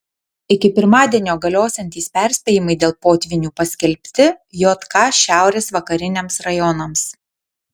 iki pirmadienio galiosiantys perspėjimai dėl potvynių paskelbti jk šiaurės vakariniams rajonams